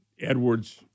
Edwards